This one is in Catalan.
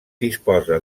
disposa